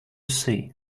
see